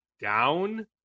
down